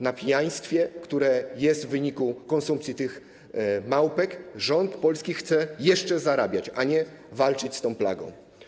Na pijaństwie, które występuje w wyniku konsumpcji tych małpek, rząd polski chce jeszcze zarabiać, a nie walczyć z tą plagą.